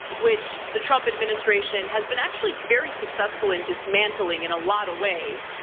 which the trump administration has been actually very successful in dismantling in a lot of ways.